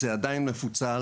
זה עדיין מפוצל.